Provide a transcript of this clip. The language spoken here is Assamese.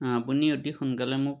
আপুনি অতি সোনকালে মোক